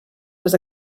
les